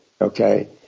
okay